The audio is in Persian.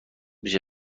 میشه